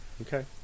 Okay